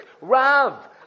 Rav